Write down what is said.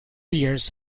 years